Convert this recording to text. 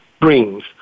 brings